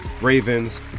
Ravens